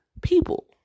people